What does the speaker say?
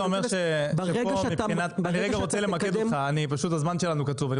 אני רגע רוצה למקד אותך, פשוט הזמן שלנו קצוב.